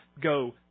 go